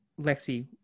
Lexi